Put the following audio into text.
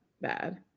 bad